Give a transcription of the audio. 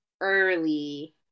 early